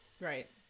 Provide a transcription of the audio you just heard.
Right